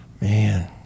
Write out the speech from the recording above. man